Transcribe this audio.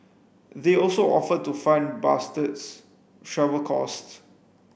they also offered to fund Bastard's travel costs